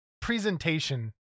presentation